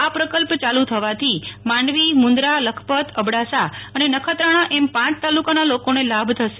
આ પ્રકલ્પ ચાલુ થવા થી માંડવી મુન્દ્રા લખપત અબડાસા અને નખત્રાણા એમ પાંચ તાલુકાના લોકોને લાભ થશે